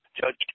judge